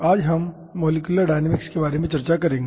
आज हम molecular dynamics के बारे में चर्चा करेंगे